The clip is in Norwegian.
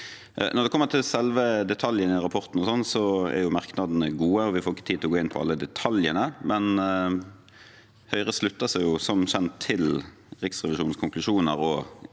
Når det gjelder selve detaljene i rapporten, er merknadene gode. Vi får ikke tid til å gå inn på alle detaljene, men Høyre slutter seg som kjent til Riksrevisjonens konklusjoner og